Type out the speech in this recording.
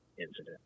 incident